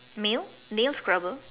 mail nail scrubber